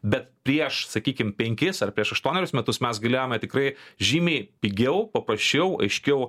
bet prieš sakykim penkis ar prieš aštuonerius metus mes galėjome tikrai žymiai pigiau paprasčiau aiškiau